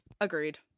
Agreed